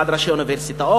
ועד ראשי האוניברסיטאות,